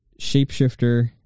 shapeshifter